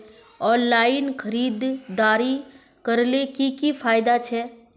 Online खरीदारी करले की की फायदा छे?